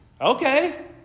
Okay